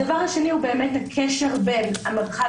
הדבר השני הוא באמת הקשר בין המרחב